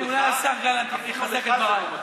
אולי השר גלנט יחזק את דבריי.